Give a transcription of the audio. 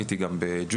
הייתי גם בג'ודו,